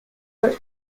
were